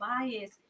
bias